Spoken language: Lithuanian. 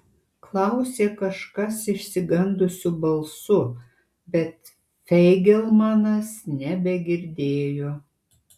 klausė kažkas išsigandusiu balsu bet feigelmanas nebegirdėjo